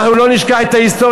אנחנו לא נשכח את ההיסטוריה.